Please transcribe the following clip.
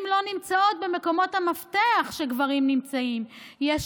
לא נמצאות בעמדות המפתח שגברים נמצאים בהן.